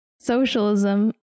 Socialism